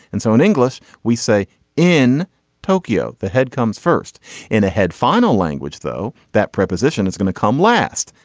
and so in english we say in tokyo the head comes first in a head final language though that preposition is going to come last.